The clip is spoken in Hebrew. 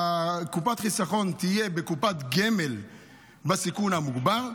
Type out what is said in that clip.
קופת חיסכון תהיה בקופת גמל בסיכון המוגבר.